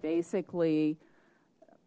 basically